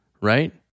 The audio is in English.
right